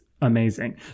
amazing